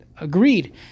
agreed